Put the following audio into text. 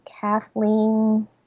Kathleen